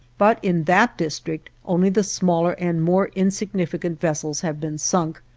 but in that district only the smaller and more insignificant vessels have been sunk,